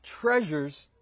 treasures